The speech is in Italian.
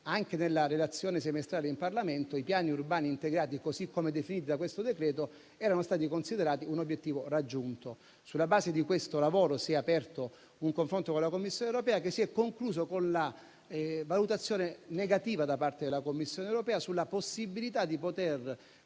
anche nella relazione semestrale in Parlamento i piani urbani integrati, così come definiti dal provvedimento, erano stati considerati un obiettivo raggiunto. Sulla base di questo lavoro si è aperto un confronto con la Commissione europea, che si è concluso con la valutazione negativa da parte della Commissione stessa sulla possibilità di